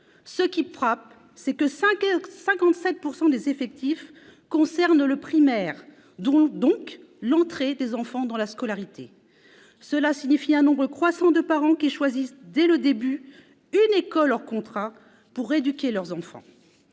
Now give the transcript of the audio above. Ce qui frappe, c'est que 57 % des effectifs concernent le primaire, donc l'entrée des enfants dans la scolarité. Cela signifie un nombre croissant de parents qui choisissent dès le début une école hors contrat pour éduquer leurs enfants.